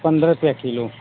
पंद्रह रुपया किलो